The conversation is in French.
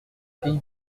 pays